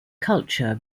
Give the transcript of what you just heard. culture